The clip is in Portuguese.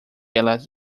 ela